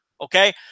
okay